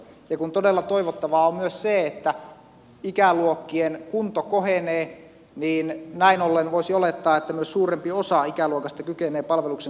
ja kun todella toivottavaa on myös se että ikäluokkien kunto kohenee niin näin ollen voisi olettaa että myös suurempi osa ikäluokasta kykenee palveluksen suorittamaan